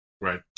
Right